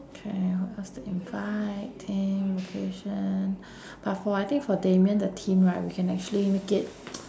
okay who else to invite then location but for I think for damian the theme right we can actually make it